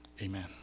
amen